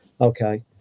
okay